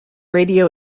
radio